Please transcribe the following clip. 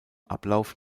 ablauf